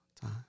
time